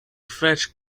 fetch